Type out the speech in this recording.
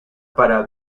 para